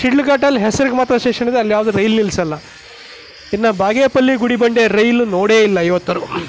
ಶಿಡ್ಲಘಟ್ಟಾಲಿ ಹೆಸರಿಗೆ ಮಾತ್ರ ಸ್ಟೇಷನ್ ಇದೆ ಅಲ್ಲಿ ಯಾವುದೇ ರೈಲ್ ನಿಲ್ಲಿಸಲ್ಲ ಇನ್ನು ಬಾಗೇಪಲ್ಲಿ ಗುಡಿ ಬಂಡೆ ರೈಲ್ ನೋಡೇ ಇಲ್ಲ ಇವತ್ವರೆಗೂ